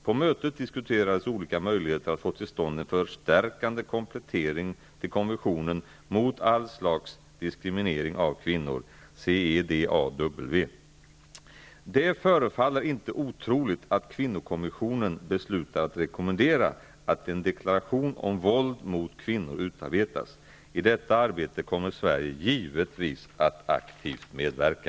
På mötet diskuterades olika möjligheter att få till stånd en förstärkande komplettering till konventionen mot all slags diskriminering av kvinnor . Det förefaller inte otroligt att kvinnokommissionen beslutar att rekommendera att en deklaration om våld mot kvinnor utarbetas. I detta arbete kommer Sverige givetvis att aktivt medverka.